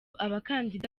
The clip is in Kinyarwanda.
abakandida